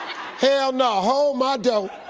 hell no, hold my door.